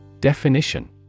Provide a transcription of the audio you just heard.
Definition